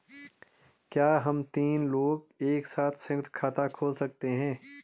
क्या हम तीन लोग एक साथ सयुंक्त खाता खोल सकते हैं?